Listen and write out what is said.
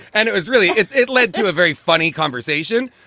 and it was really it it led to a very funny conversation.